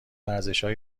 ارزشهای